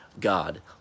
God